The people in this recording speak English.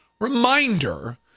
reminder